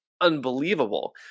unbelievable